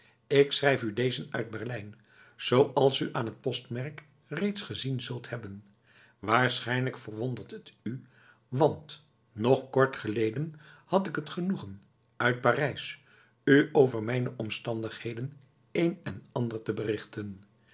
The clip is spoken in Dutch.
ik schrijf u dezen uit berlijn zooals u aan het postmerk reeds gezien zult hebben waarschijnlijk verwondert het u want nog kort geleden had ik het genoegen uit parijs u over mijne omstandigheden een en ander te berichten